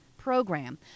program